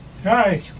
Hi